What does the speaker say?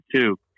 two